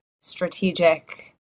strategic